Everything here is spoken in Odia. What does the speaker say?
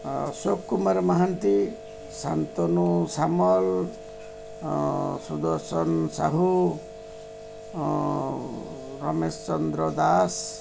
ଅଶୋକ କୁମାର ମହାନ୍ତି ଶନ୍ତନୁ ସାମଲ ସୁଦର୍ଶନ ସାହୁ ରମେଶ ଚନ୍ଦ୍ର ଦାସ